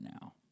now